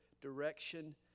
direction